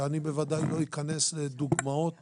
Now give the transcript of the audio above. ואני בוודאי לא אכנס לדוגמאות